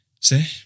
say